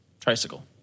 Tricycle